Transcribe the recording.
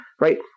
right